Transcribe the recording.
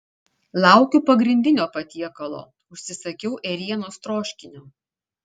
laukiu pagrindinio patiekalo užsisakiau ėrienos troškinio